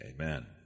amen